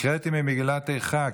הקראתי ממגילת איכה,